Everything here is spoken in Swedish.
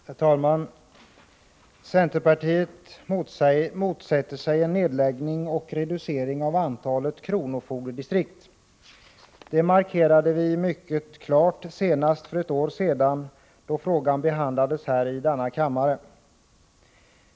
Herr talman! Centerpartiet motsätter sig en reducering av antalet kronofogdedistrikt. Det markerade vi mycket klart senast för ett år sedan, då frågan behandlades här i denna kammare.